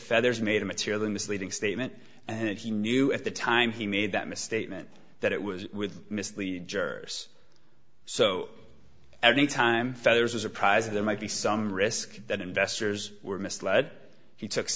feathers made a material misleading statement and he knew at the time he made that misstatement that it was with mislead jurors so every time feathers a surprise there might be some risk that investors were misled he took